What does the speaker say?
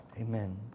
Amen